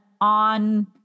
on